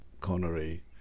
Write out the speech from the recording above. Connery